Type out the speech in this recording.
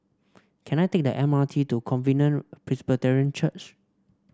can I take the M R T to Covenant Presbyterian Church